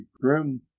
grim